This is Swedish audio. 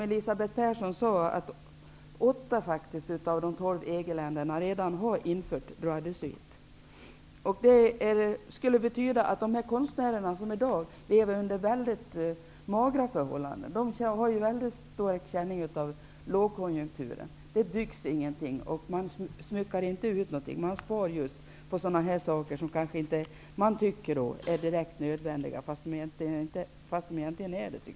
Elisabeth Persson nämnde att 8 av de 12 EG-länderna redan har infört droit de suite. Det skulle betyda väldigt mycket för våra konstnärer, som i dag lever under väldigt magra förhållanden och har väldigt stor känning av lågkonjunkturen. Det byggs ingenting. Man smyckar inte ut någonting. Man spar just på sådana saker man tycker inte är direkt nödvändiga, fastän jag tycker att de egentligen är det.